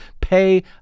Pay